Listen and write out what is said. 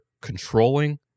controlling